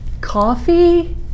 Coffee